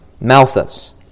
Malthus